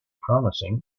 promising